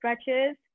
stretches